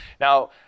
now